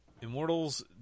Immortals